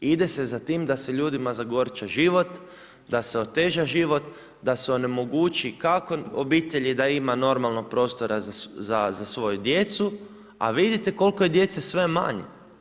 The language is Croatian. Ide se za tim da se ljudima zagorča život, da se oteža život onemogući kako obitelji da ima normalnog prostora za svoju djecu a vidite koliko je djece sve manje.